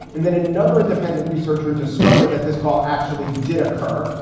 and then another independent researcher discovered that this call actually did occur.